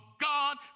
God